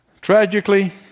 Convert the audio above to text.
Tragically